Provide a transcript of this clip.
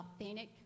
authentic